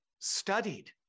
studied